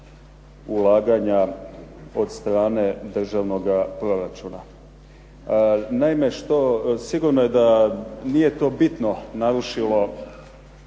ulaganja od strane državnoga proračuna. Naime, sigurno je nije to bitno narušilo